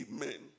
Amen